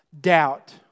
doubt